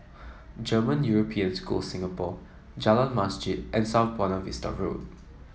German European School Singapore Jalan Masjid and South Buona Vista Road